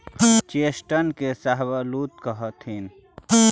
chestnut को शाहबलूत कहथीन